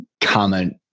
comment